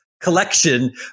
Collection